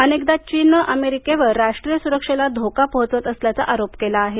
अनेकदा चीननं अमेरिकेवर राष्ट्रीय सुरक्षेला धोका पोहोचवत असल्याचा आरोप केला आहे